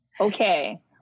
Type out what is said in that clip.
Okay